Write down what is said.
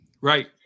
Right